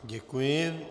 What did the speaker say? Děkuji.